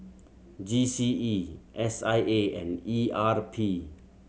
G C E S I A and E R P